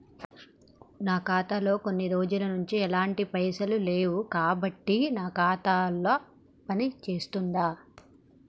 నా ఖాతా లో కొన్ని రోజుల నుంచి ఎలాంటి పైసలు లేవు కాబట్టి నా ఖాతా పని చేస్తుందా?